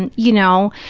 and you know,